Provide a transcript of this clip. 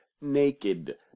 naked